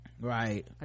right